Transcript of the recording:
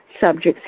subjects